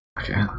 Okay